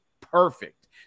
perfect